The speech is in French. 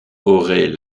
aurait